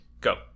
Go